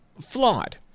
flawed